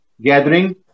gathering